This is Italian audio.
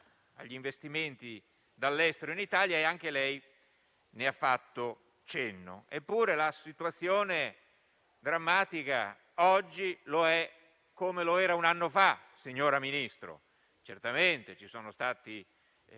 agli investimenti dall'estero in Italia (anche a questo lei ha fatto cenno). Eppure la situazione è oggi drammatica, come lo era un anno fa, signor Ministro. Certamente, ci sono stati